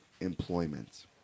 employment